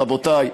רבותי,